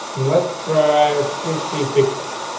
let's try fifty pixels.